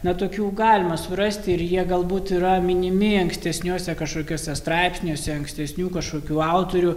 na tokių galima surasti ir jie galbūt yra minimi ankstesniuose kažkokiuose straipsniuose ankstesnių kažkokių autorių